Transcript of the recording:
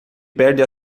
perde